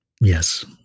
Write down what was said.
Yes